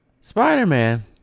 Spider-Man